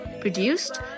produced